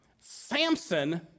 Samson